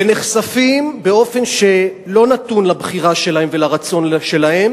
ונחשפים באופן שלא נתון לבחירה שלהם ולרצון שלהם